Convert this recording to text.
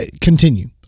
continue